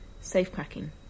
safe-cracking